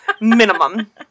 Minimum